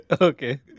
okay